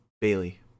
Bailey